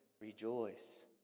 rejoice